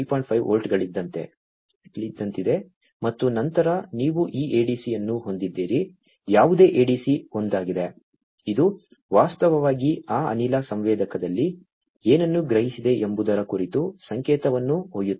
5 ವೋಲ್ಟ್ಗಳಂತಿದೆ ಮತ್ತು ನಂತರ ನೀವು ಈ ADC ಅನ್ನು ಹೊಂದಿದ್ದೀರಿ ಯಾವುದೇ ADC ಒಂದಾಗಿದೆ ಇದು ವಾಸ್ತವವಾಗಿ ಆ ಅನಿಲ ಸಂವೇದಕದಲ್ಲಿ ಏನನ್ನು ಗ್ರಹಿಸಿದೆ ಎಂಬುದರ ಕುರಿತು ಸಂಕೇತವನ್ನು ಒಯ್ಯುತ್ತದೆ